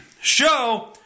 show